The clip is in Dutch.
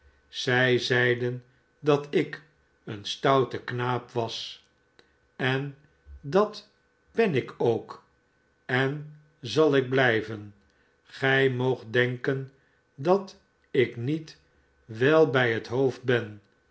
zij zeiden dat ikeen stoute knaap was en dat ben ik ook en zal ik blijven gij moogt denken dat ik niet wel bij het hoofd ben